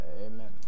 Amen